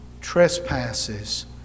trespasses